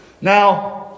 Now